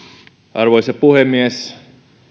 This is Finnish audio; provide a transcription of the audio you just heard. arvoisa puhemies